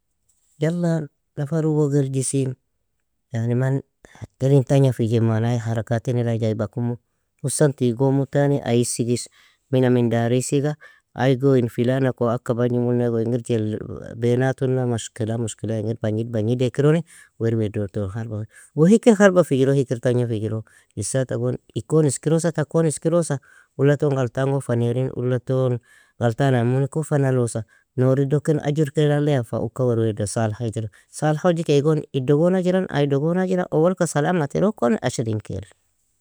Yala nafar uoug eljisin, yani man terin tagna fijen manaie harakat tenil ayga aybakumu husan tigomun tani ay isgish mina min dar isiga ay go in filana ku aqa bagnimune igo ingir jeli benatuna mashkila, mashkila inger bagnid bagnid ea kironi, werwea doton harbao, wan hikir harba fijro, hikir tagna fijro isata gon ikon iskirosa, takon iskirosa ula ton galtan gon fa nairin, ula ton galtanaimuni kn fa nalosa, nouri do ken ajork elaleya fa uka werwea dan salhijri. Salhawjikay gon iddo gon ajra, ay do gon ajra, owalka salamga tero kon ashrin kail.